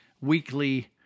weekly